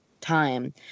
time